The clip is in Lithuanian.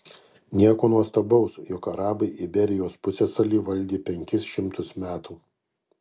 nieko nuostabaus juk arabai iberijos pusiasalį valdė penkis šimtus metų